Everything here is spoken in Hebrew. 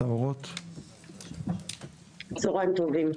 צוהריים טובים.